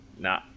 Nah